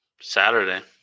Saturday